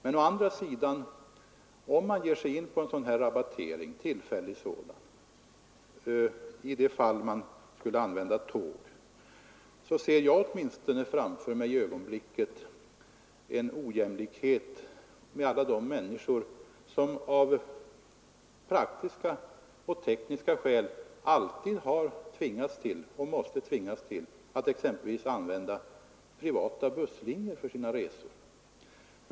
Men om man å andra sidan ger sig på en tillfällig rabattering av SJ:s biljettpriser så medför det — åtminstone som jag ser det — en ojämlikhet gentemot alla de människor som av praktiska och tekniska skäl tidigare varit tvungna och även i framtiden måste använda exempelvis privata busslinjer för sina resor.